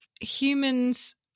humans